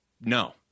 no